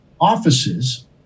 offices